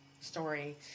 story